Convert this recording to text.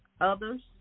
others